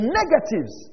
negatives